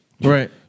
Right